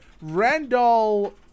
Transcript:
Randall